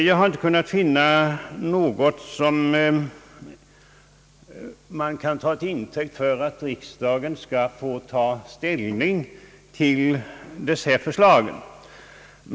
Jag har inte kunnat finna något som kan tas till intäkt för att riksdagen skall få ta ställning till dessa förslag.